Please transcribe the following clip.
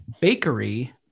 bakery